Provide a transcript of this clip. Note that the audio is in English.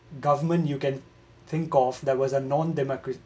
government you can think of that was a known democratic